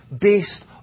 based